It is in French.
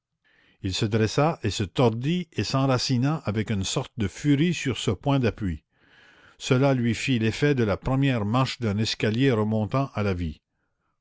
il se dressa et se tordit et s'enracina avec une sorte de furie sur ce point d'appui cela lui fit l'effet de la première marche d'un escalier remontant à la vie